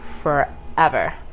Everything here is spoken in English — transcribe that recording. forever